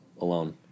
alone